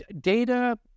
data